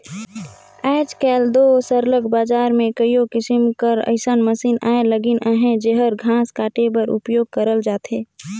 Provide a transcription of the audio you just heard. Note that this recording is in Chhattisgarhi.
आएज काएल दो सरलग बजार में कइयो किसिम कर अइसन मसीन आए लगिन अहें जेहर घांस काटे बर उपियोग करल जाथे